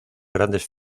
grandes